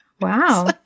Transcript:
Wow